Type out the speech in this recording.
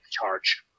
Charge